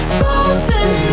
golden